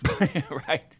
Right